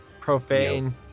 profane